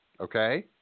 Okay